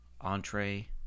Entree